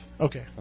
Okay